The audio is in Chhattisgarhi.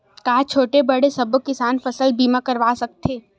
का छोटे बड़े सबो किसान फसल बीमा करवा सकथे?